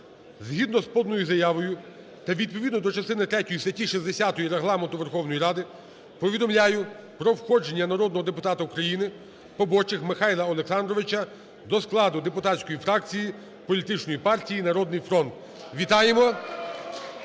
Згідно з поданою заявою та відповідно до частини третьої статті 60 Регламенту Верховної Ради повідомляю про входження народного депутата України Побочіх Михайла Олександровича до складу депутатської фракції політичної партії "Народний фронт". Вітаємо!